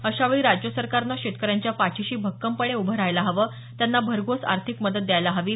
अशावेळी राज्य सरकारने शेतकऱ्यांच्या पाठीशी भक्कमपणे उभे राहायला हवे त्यांना भरघोष आर्थिक मदत द्यायला हवी